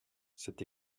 cette